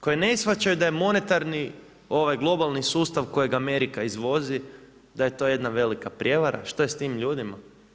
Koje ne shvaćaju da je monetarni ovaj globalni sustav kojeg Amerika izvozi da je to jedna velika prijevara, što je s tim ljudima?